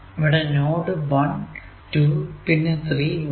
ഇവിടെ നോഡ് 1 2 പിന്നെ 3 ഉണ്ട്